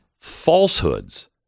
falsehoods